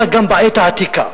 אלא גם בעת העתיקה.